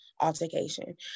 altercation